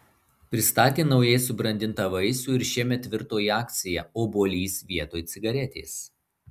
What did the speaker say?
pristatė naujai subrandintą vaisių ir šiemet virto į akciją obuolys vietoj cigaretės